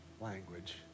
language